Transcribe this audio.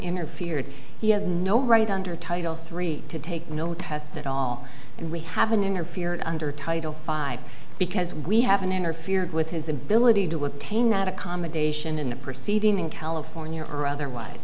interfered he has no right under title three to take no test at all and we haven't interfered under title five because we haven't interfered with his ability to obtain that accommodation in the proceeding in california or otherwise